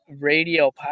Radio